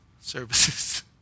services